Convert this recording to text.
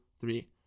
three